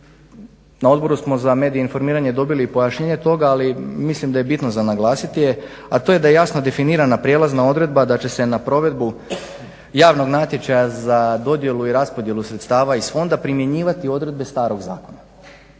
Na odboru smo za medije i informiranje dobili pojašnjenje toga, ali mislim da je bitno za naglasit je a to je da jasna definirana prijelazna odredba da će se na provedbu javnog natječaja za dodjelu i raspodjelu sredstava iz fonda primjenjivati odredbe starog zakona.